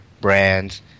brands